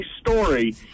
story